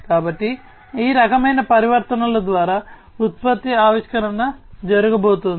కాబట్టి ఈ రకమైన పరివర్తనల ద్వారా ఉత్పత్తి ఆవిష్కరణ జరగబోతోంది